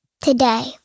Today